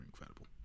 incredible